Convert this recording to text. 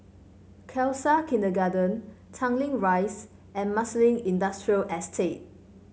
Khalsa Kindergarten Tanglin Rise and Marsiling Industrial Estate